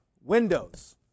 windows